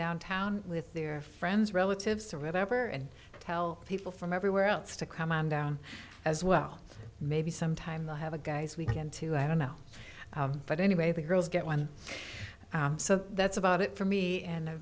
downtown with their friends relatives to remember and tell people from everywhere else to come on down as well maybe sometime the have a guy's weekend too i don't know but anyway the girls get one so that's about it for me and